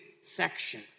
section